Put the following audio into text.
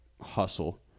hustle